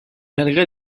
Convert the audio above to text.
malgré